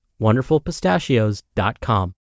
wonderfulpistachios.com